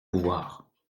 pouvoir